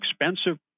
expensive